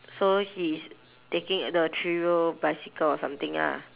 so he's taking the three wheel bicycle or something ah